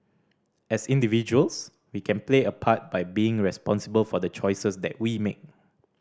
as individuals we can play a part by being responsible for the choices that we make